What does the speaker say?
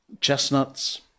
chestnuts